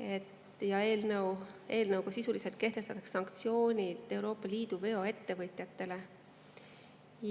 saa. Eelnõuga sisuliselt kehtestatakse sanktsioonid Euroopa Liidu veoettevõtjatele